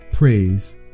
praise